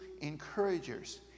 encouragers